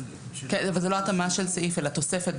זה לא התאמה של סעיף אלא תוספת.